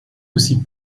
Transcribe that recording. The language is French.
aussi